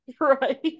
right